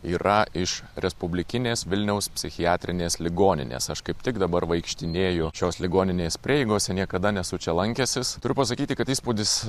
yra iš respublikinės vilniaus psichiatrinės ligoninės aš kaip tik dabar vaikštinėju šios ligoninės prieigose niekada nesu čia lankęsis turiu pasakyti kad įspūdis